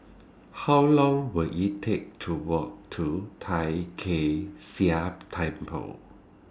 How Long Will IT Take to Walk to Tai Kak Seah Temple